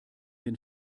den